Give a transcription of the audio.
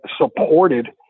supported